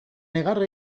negar